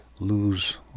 lose